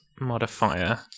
modifier